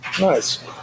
Nice